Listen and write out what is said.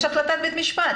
יש החלטת בית משפט.